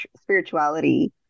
spirituality